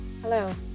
Hello